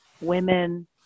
women